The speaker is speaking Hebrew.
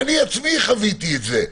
אני בעצמי חוויתי את זה.